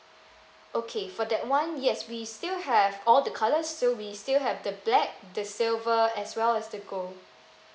okay for that one yes we still have all the colours so we still have the black the silver as well as the gold